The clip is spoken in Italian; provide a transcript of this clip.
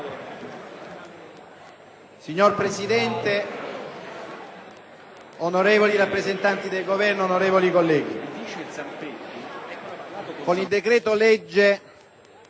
Signora Presidente, onorevoli rappresentanti del Governo, colleghi, con il decreto-legge